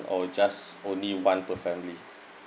or just only one per family